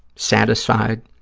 satisfied,